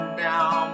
down